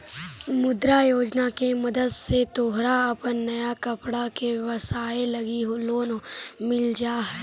मुद्रा योजना के मदद से तोहर अपन नया कपड़ा के व्यवसाए लगी लोन मिल जा हई